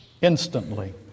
instantly